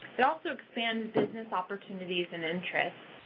it also expands business opportunities and interests.